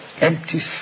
Empty